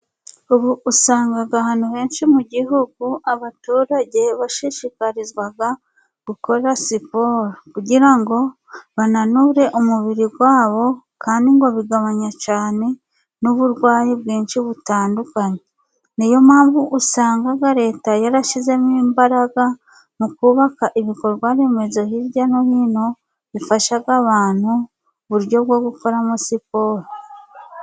Ubu usanga ahantu henshi mu gihugu abaturage bashishikarizwa gukora siporo kugira ngo bananure umubiri wabo. Kandi ngo bigabanya cyane n'uburwayi bwinshi butandukanye. Ni yo mpamvu usanga leta yarashyizemo imbaraga mu kubaka ibikorwa remezo hirya no hino bifasha abantu uburyo bwo gukoramo siporo.